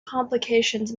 complications